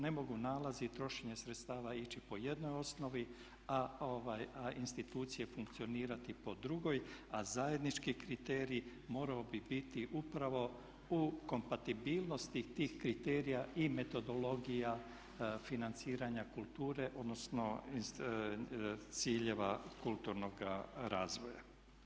Ne mogu nalazi i trošenje sredstava ići po jednoj osnovi a institucije funkcionirati po drugoj a zajednički kriteriji morali bi biti upravo u kompatibilnosti tih kriterija i metodologija financiranja kulture odnosno ciljeva kulturnoga razvoja.